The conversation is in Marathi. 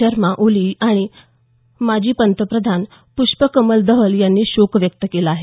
शर्मा ओली आणि माजी पंतप्रधान पृष्पकमल दहल यांनी शोक व्यक्त केला आहे